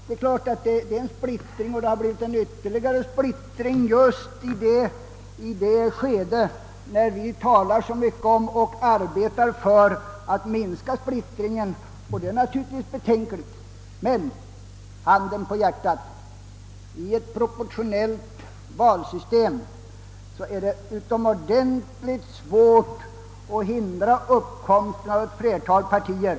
Detta kan givetvis sägas innebära en splittring, som vidgats just i det skede då vi talar så mycket om och arbetar för att minska splittringen. Naturligtvis är detta betänkligt, men, handen på hjärtat, i ett proportionellt valsystem är det utomordentligt svårt att hindra uppkomsten av ett flertal partier.